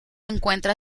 encuentra